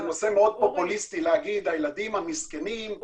זה נושא מאוד פופוליסטי להגיד הילדים המסכנים.